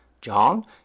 John